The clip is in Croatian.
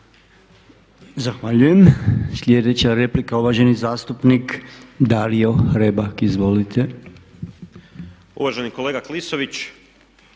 Zahvaljujem. Sljedeća replika uvaženi zastupnik Dario Hrebak, izvolite. **Hrebak, Dario